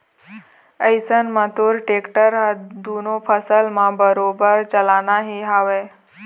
अइसन म तोर टेक्टर ह दुनों फसल म बरोबर चलना ही हवय